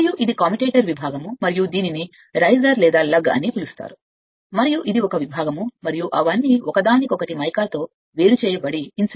మరియు ఇది కమ్యుటేటర్ విభాగం మరియు దీనిని రైసర్ లేదా లగ్ అని పిలుస్తారు మరియు ఇది ఒక విభాగం మరియు అవన్నీ ఒకదానికొకటి వేరుచేయబడి ఏకాకిత్వం చేయబడతాయి మైకా